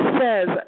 says